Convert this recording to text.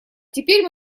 теперь